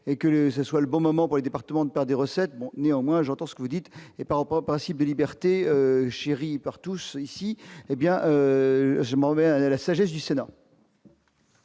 et que ce soit le bon moment pour les départements d'par des recettes néanmoins j'entends ce que vous dites et pas au principe de liberté chérie par tous, ici, hé bien je me remets à la sagesse du Sénat.